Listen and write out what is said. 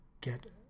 get